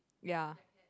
ya